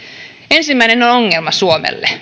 ensimmäinen on ongelma suomelle